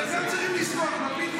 חברי הכנסת, להלן תוצאות ההצבעה.